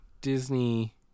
Disney